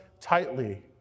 tightly